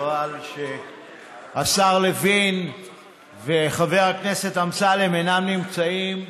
חבל שהשר לוין וחבר הכנסת אמסלם אינם נמצאים במליאה,